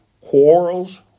quarrels